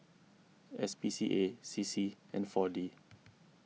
S P C A C C and four D